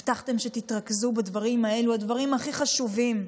הבטחתם שתתרכזו בדברים האלה, הדברים הכי חשובים,